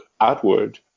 outward